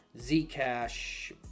Zcash